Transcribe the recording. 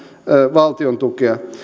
valtiontukea